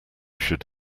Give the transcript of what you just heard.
should